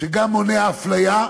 שמונע אפליה,